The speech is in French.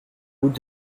route